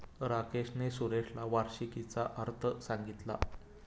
राकेशने सुरेशला वार्षिकीचा अर्थ सांगितला